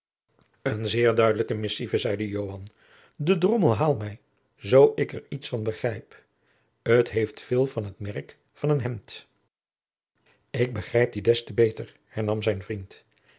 een zeer duidelijke missive zeide joan de drommel haal mij zoo ik er iets van begrijp het heeft veel van het merk van een hemd ik begrijp die des te beter hernam zijn vriend